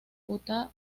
utah